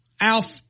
Alf